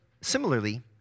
similarly